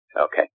Okay